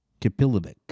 Kapilovic